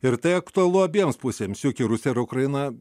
ir tai aktualu abiems pusėms juk ir rusija ir ukraina